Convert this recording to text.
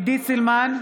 עידית סילמן,